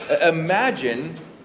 Imagine